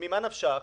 ממה נפשך?